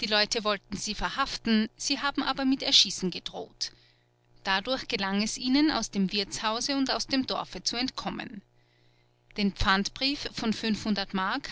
die leute wollten sie verhaften sie haben aber mit erschießen gedroht dadurch gelang es ihnen aus dem wirtshause und aus dem dorfe zu entkommen den pfandbrief von m